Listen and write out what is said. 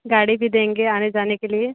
गाड़ी भी देंगे आने जाने के लिए